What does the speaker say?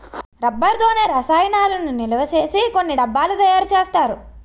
rubber తోనే రసాయనాలను నిలవసేసి కొన్ని డబ్బాలు తయారు చేస్తారు